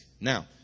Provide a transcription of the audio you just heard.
Now